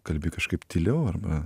kalbi kažkaip tyliau arba